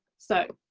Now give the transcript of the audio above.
so,